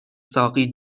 ساقی